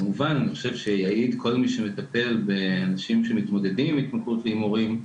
אני חושב שיעיד כל מי שמטפל באנשים שמתמודדים עם התמכרות להימורים,